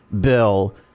Bill